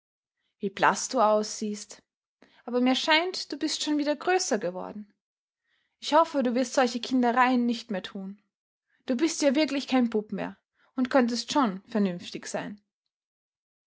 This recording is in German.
wie blaß du aussiehst aber mir scheint du bist schon wieder größer geworden ich hoffe du wirst solche kindereien nicht mehr tun du bist ja wirklich kein bub mehr und könntest schon vernünftig sein